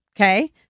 Okay